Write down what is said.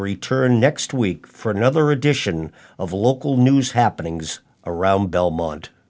return next week for another edition of local news happenings around belmont